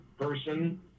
person